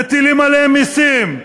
מטילים עליהם מסים,